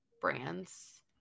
brands